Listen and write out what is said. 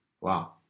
Wow